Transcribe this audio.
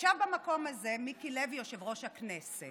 ישב במקום הזה מיקי לוי, יושב-ראש הכנסת.